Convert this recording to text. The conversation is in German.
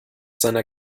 seiner